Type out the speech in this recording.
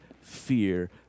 fear